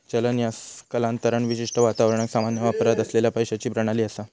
चलन ह्या कालांतरान विशिष्ट वातावरणात सामान्य वापरात असलेला पैशाची प्रणाली असा